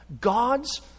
God's